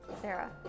Sarah